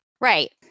Right